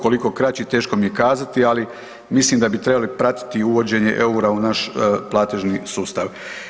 Koliko kraći teško mi je kazati ali mislim da bi trebali pratiti uvođenje EUR-a u naš platežni sustav.